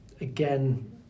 Again